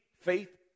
faith